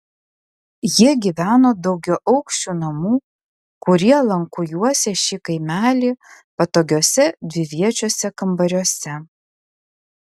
jie gyveno daugiaaukščių namų kurie lanku juosė šį kaimelį patogiuose dviviečiuose kambariuose